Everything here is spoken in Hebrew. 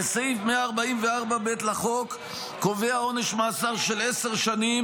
וסעיף 144ב לחוק קובע עונש מאסר של עשר שנים